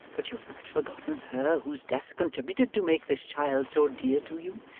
but you have not forgotten her whose death contributed to make this child so dear to you,